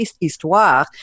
Histoire